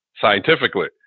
scientifically